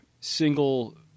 single